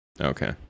Okay